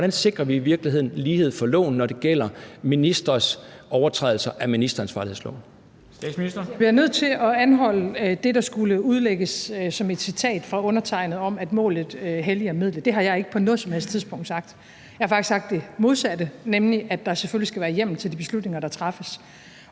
Kl. 13:14 Formanden (Henrik Dam Kristensen): Statsministeren. Kl. 13:14 Statsministeren (Mette Frederiksen): Jeg bliver nødt til at anholde det, der skulle udlægges som et citat fra undertegnede, om, at målet helliger midlet. Det har jeg ikke på noget som helst tidspunkt sagt. Jeg har faktisk sagt det modsatte, nemlig at der selvfølgelig skal være hjemmel til de beslutninger, der træffes.